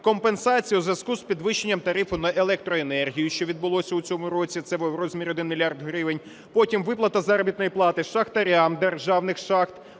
компенсація у зв'язку з підвищення тарифу на електроенергію, що відбулося в цьому році, це в розмірі 1 мільярд гривень; потім – виплата заробітної плати шахтарям державних шахт